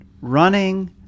running